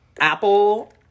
apple